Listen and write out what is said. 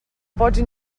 pots